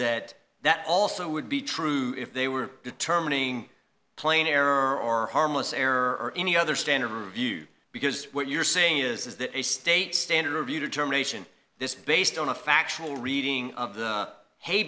that that also would be true if they were determining plane air or harmless error or any other standard review because what you're saying is that a state standard of you determination this based on a factual reading of the hey